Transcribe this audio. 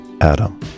Adam